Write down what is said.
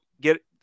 get